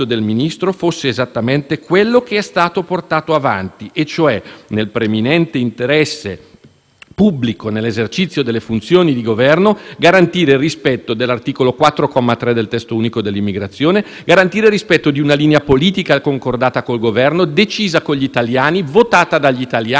pubblico e nell'esercizio delle funzioni di Governo, garantire il rispetto dell'articolo 4, comma 3, del testo unico dell'immigrazione e garantire il rispetto di una linea politica concordata col Governo, decisa con gli italiani, votata dagli italiani, stabilita dagli italiani come linea per affrontare le questioni della immigrazione.